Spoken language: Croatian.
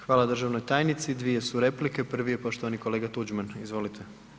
Hvala državnoj tajnici, dvije su replike, prvi je poštovani kolega Tuđman, izvolite.